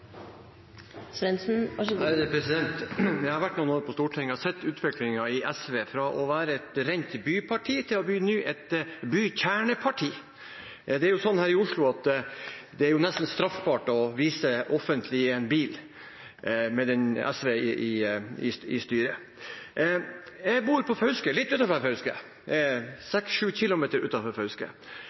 Jeg har vært noen år på Stortinget og sett utviklingen i SV, fra å være et rent byparti til å bli et bykjerneparti. Det er slik her i Oslo, med SV i styret, at det nesten er straffbart å vise seg offentlig i en bil. Jeg bor litt utenfor Fauske, 6–7 km utenfor Fauske. Der går det en buss med